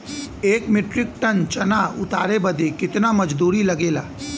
एक metric ton चना उतारे बदे कितना मजदूरी लगे ला?